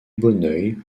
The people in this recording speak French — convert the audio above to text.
bonneuil